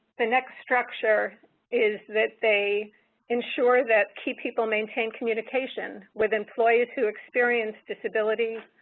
the next structure is that they ensure that key people maintain communication with employees who experienced disability,